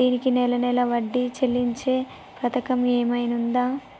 దీనికి నెల నెల వడ్డీ చెల్లించే పథకం ఏమైనుందా?